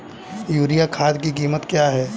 Urea खाद की कीमत क्या है?